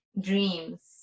dreams